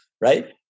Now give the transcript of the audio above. right